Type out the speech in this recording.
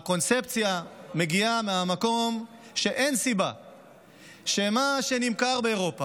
הקונספציה מגיעה מהמקום שמה שנמכר באירופה,